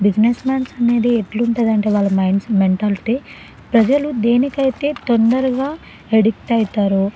business mans అనేది ఎట్లుంటుంది అంటే వాళ్ళ మైండ్సెట్ మెంటాలిటి ప్రజలు దేనికైతే తొందరగా అడిక్ట్ అవుతారో